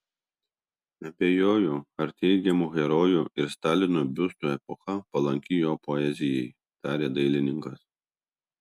abejoju ar teigiamų herojų ir stalino biustų epocha palanki jo poezijai tarė dailininkas